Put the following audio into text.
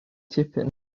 tipyn